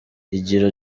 higiro